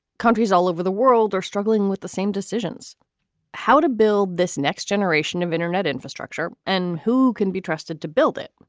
countries all over the world are struggling with the same decisions how to build this next generation of internet infrastructure and who can be trusted to build it.